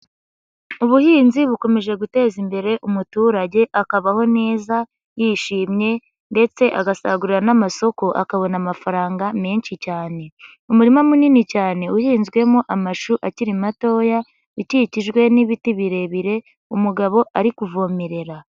Ubuhinzi bukomeje guteza imbere umuturage, akabaho neza, yishimye ndetse agasagurira n'amasoko, akabona amafaranga menshi cyane. Umurima munini cyane uhinzwemo amashu akiri matoya, ukikijwe n'ibiti birebire, umugabo ari kuvomerera.